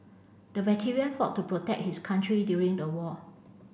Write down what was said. the veteran fought to protect his country during the war